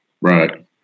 Right